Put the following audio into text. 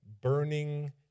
burning